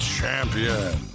Champion